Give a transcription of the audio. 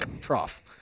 trough